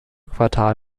quartal